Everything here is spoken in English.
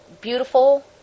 beautiful